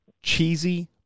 cheesy